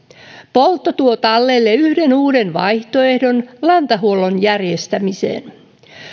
poltto tuo talleille yhden uuden vaihtoehdon lantahuollon järjestämiseen suomessa